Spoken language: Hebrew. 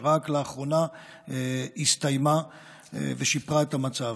שרק לאחרונה הסתיימה ושיפרה את המצב.